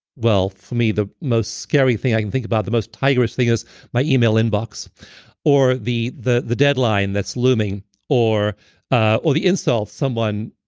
well, for me, the most scary thing i can think about the most tiger-ish thing is my email inbox or the the deadline that's looming or ah or the insult someone